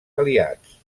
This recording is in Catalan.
aliats